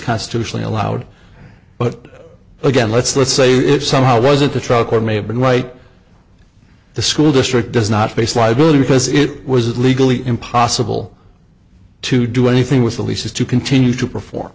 constitutionally allowed but again let's let's say if somehow wasn't the trial court may have been right the school district does not face liability because it was legally impossible to do anything with the leases to continue to perform